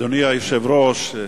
אדוני היושב-ראש,